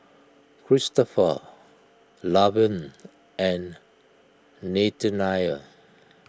Kristopher Lavern and Nathanial